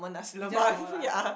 is just normal laksa